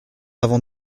avant